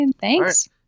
Thanks